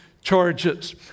charges